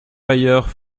d’ailleurs